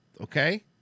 okay